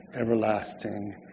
everlasting